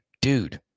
dude